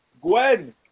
Gwen